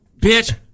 bitch